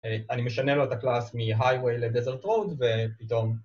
‫אני משנה לו את הקלאס ‫מההייווי לדזרט רוד, ופתאום...